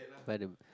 spider